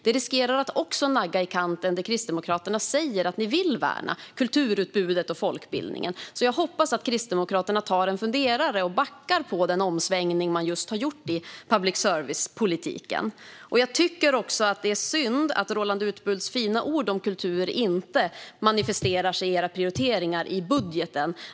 Det riskerar också att nagga det Kristdemokraterna säger att man vill värna i kanten: kulturutbudet och folkbildningen. Jag hoppas alltså att Kristdemokraterna tar sig en funderare och backar från den omsvängning man just har gjort i public service-politiken. Det är synd att Roland Utbults fina ord om kultur inte manifesteras i Kristdemokraternas prioriteringar i budgeten.